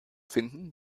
finden